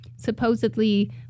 supposedly